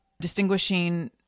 distinguishing